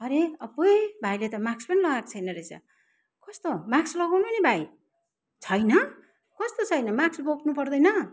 अरे अपुई भाइले त माक्स पनि लगाएको छैन रहेछ कस्तो माक्स लगाउनु नि भाइ छैन कस्तो छैन माक्स बोक्नुपर्दैन